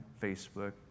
Facebook